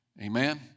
Amen